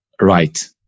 right